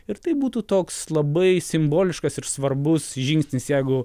ir tai būtų toks labai simboliškas ir svarbus žingsnis jeigu